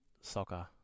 soccer